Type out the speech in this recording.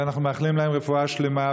ואנחנו מאחלים להם רפואה שלמה,